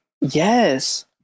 Yes